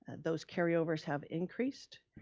those carryovers have increased.